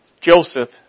Joseph